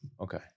Okay